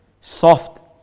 soft